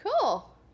Cool